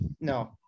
No